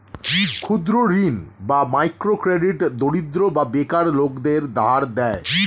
ক্ষুদ্র ঋণ বা মাইক্রো ক্রেডিট দরিদ্র বা বেকার লোকদের ধার দেয়